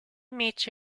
meet